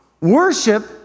Worship